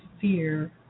fear